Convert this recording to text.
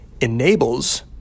enables